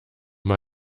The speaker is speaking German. mal